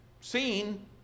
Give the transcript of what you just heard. seen